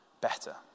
better